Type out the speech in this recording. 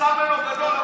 עשה ממנו גדול,